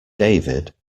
david